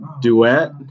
duet